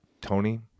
Tony